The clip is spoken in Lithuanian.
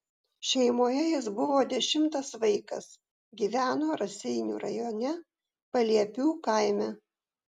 šeimoje jis buvo dešimtas vaikas gyveno raseinių rajone paliepių kaime